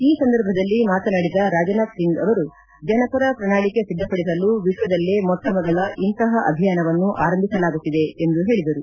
ಈ ಸಂದರ್ಭದಲ್ಲಿ ಮಾತನಾಡಿದ ರಾಜನಾಥ್ ಸಿಂಗ್ ಅವರು ಜನಪರ ಪ್ರಣಾಳಿಕೆ ಸಿದ್ದಪಡಿಸಲು ವಿಶ್ವದಲ್ಲೇ ಮೊಟ್ಟಮೊದಲ ಇಂತಹ ಅಭಿಯಾನವನ್ನು ಆರಂಭಿಸಲಾಗುತ್ತಿದೆ ಎಂದು ಹೇಳಿದರು